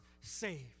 saved